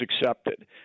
accepted